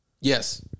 Yes